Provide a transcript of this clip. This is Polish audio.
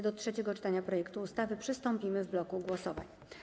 Do trzeciego czytania projektu ustawy przystąpimy w bloku głosowań.